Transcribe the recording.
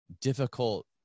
difficult